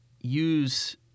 use